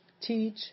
teach